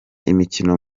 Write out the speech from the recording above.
imikino